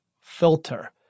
Filter